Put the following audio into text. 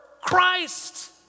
Christ